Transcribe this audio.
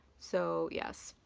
so yes,